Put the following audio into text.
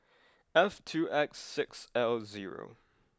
F two X six L zero